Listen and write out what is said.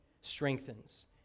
strengthens